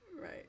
Right